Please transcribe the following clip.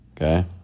Okay